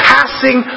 Passing